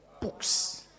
Books